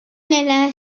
nella